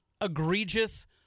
egregious